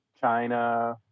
China